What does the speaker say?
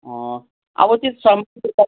अब त्यो